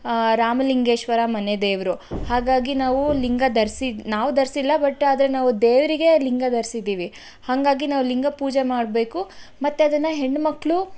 ರಾಮಲಿಂಗೇಶ್ವರ ಮನೆ ದೇವರು ಹಾಗಾಗಿ ನಾವು ಲಿಂಗ ಧರಿಸಿ ನಾವು ಧರಿಸಿಲ್ಲ ಬಟ್ ಆದರೆ ನಾವು ದೇವರಿಗೆ ಲಿಂಗ ಧರಿಸಿದ್ದೀವಿ ಹಾಗಾಗಿ ನಾವು ಲಿಂಗ ಪೂಜೆ ಮಾಡಬೇಕು ಮತ್ತು ಅದನ್ನು ಹೆಣ್ಣು ಮಕ್ಕಳು